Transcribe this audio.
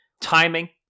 timing